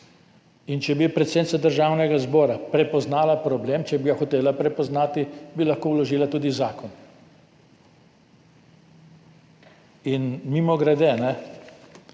Če bi predsednica Državnega zbora prepoznala problem, če bi ga hotela prepoznati, bi lahko vložila tudi zakon. Mimogrede,